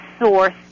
source